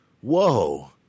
whoa